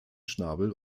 schnabel